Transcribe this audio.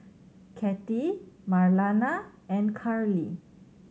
Kathey Marlana and Karlie